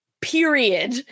period